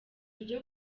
ryo